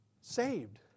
Saved